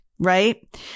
Right